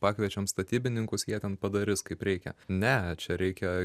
pakviečiam statybininkus jie ten padarys kaip reikia ne čia reikia